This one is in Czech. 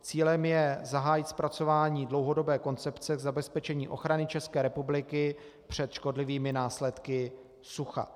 Cílem je zahájit zpracování dlouhodobé koncepce zabezpečení ochrany České republiky před škodlivými následky sucha.